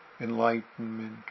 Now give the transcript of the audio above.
enlightenment